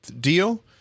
deal